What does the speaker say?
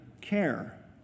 care